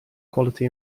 quality